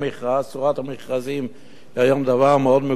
צורת המכרזים היא היום דבר מאוד מקובל.